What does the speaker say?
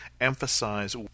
emphasize